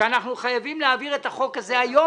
שאנחנו חייבים להעביר את החוק הזה היום,